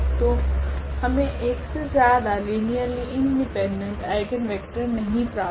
तो हमे 1 से ज्यादा लीनियरली इंडिपेंडेंट आइगनवेक्टर नहीं प्राप्त होगा